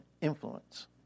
influence